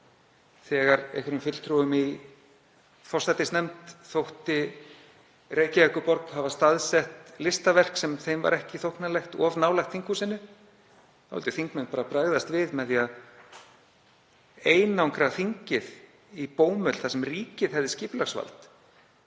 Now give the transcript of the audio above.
þegar einhverjum fulltrúum í forsætisnefnd þótti Reykjavíkurborg hafa staðsett listaverk sem þeim var ekki þóknanlegt of nálægt þinghúsinu. Þá vildu þingmenn bara bregðast við með því að einangra þingið í bómull þar sem ríkið hefði skipulagsvald,